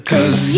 Cause